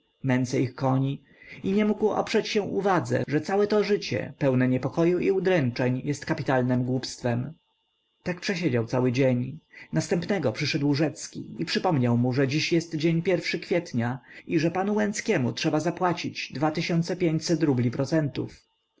ich koni i nie mógł oprzeć się uwadze że całe to życie pełne niepokoju i udręczeń jest kapitalnem głupstwem tak przesiedział cały dzień następnego przyszedł rzecki i przypomniał mu że dziś jest dzień pierwszy kwietnia i że panu łęckiemu trzeba zapłacić rubli procentów